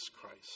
Christ